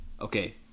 Okay